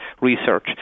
research